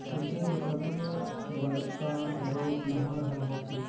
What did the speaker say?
सिंचई बर सबले बड़का सरोत नहर ह होथे